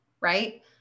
Right